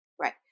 Right